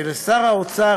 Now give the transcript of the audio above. ולשר האוצר,